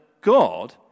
God